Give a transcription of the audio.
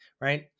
right